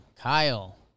Kyle